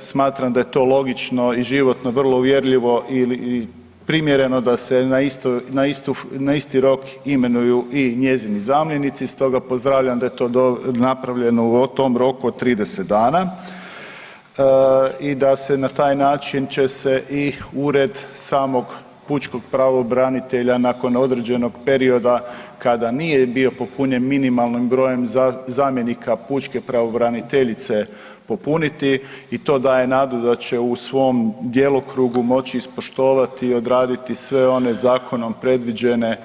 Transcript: Smatram da je to logično i životno vrlo uvjerljivo i primjereno da se na isti rok imenuju i njezini zamjenici, stoga pozdravljam da je to napravljeno u tom roku od 30 dana i da se na taj način će se i ured samog pučkog pravobranitelja nakon određenog perioda kada nije bio popunjen minimalnim brojem zamjenika pučke pravobraniteljice popuniti i to daje nadu da će u svom djelokrugu moći ispoštovati i odraditi sve one zakonom predviđene